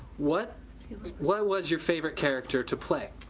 what what was your favorite character to play?